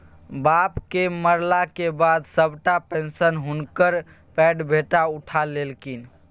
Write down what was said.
बापक मरलाक बाद सभटा पेशंन हुनकर पैघ बेटा उठा लेलनि